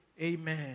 Amen